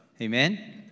amen